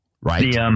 right